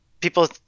People